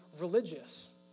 religious